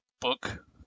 book